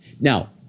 Now